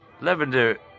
Lavender